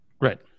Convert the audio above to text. Right